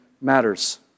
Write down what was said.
matters